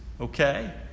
okay